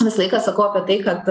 visą laiką sakau apie tai kad